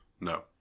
No